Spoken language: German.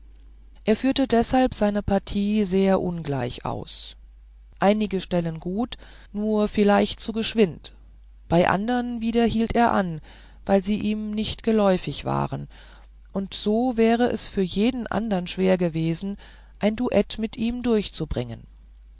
er führte deshalb seine partie sehr ungleich aus einige stellen gut nur vielleicht zu geschwind bei andern wieder hielt er an weil sie ihm nicht geläufig waren und so wär es für jeden andern schwer gewesen ein duett mit ihm durchzubringen